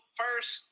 first